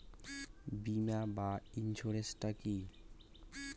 বিমা বা ইন্সুরেন্স টা কি?